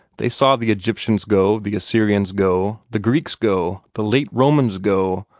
they saw the egyptians go, the assyrians go, the greeks go, the late romans go,